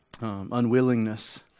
unwillingness